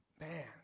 man